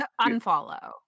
unfollow